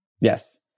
Yes